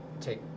take